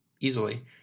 easily